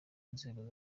inzego